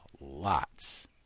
lots